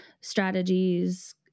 strategies